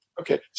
Okay